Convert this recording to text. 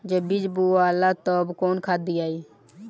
जब बीज बोवाला तब कौन खाद दियाई?